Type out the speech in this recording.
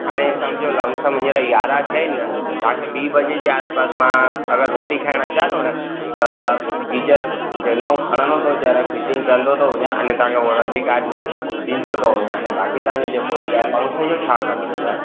हाणे सम्झो लमसम हींअर यारां थिया आइन न तांखे ॿी बजे जे आस पास अगर मां रोटी खायण अचां तो न त गीजर नओ खणंदो तो अचां फिटिंग कंदो तो वञा अने तांखे वॉरेंटी कार्ड बि ॾींदो थो वञा अने बाक़ी तव्हांजो जेको जो इहा आहे पंखे जो छा करण जो आहे